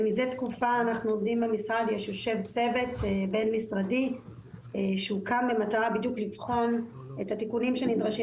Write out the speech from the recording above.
מזה תקופה יושב צוות בין משרדי שהוקם במטרה לבחון את התיקונים שנדרשים